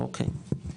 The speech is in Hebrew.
אוקי.